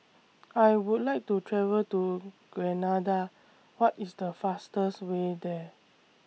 I Would like to travel to Grenada What IS The fastest Way There